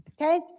Okay